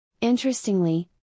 Interestingly